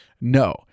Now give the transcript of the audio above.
no